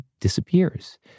disappears